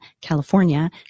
California